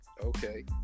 Okay